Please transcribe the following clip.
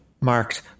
Marked